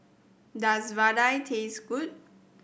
does vadai taste good